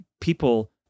people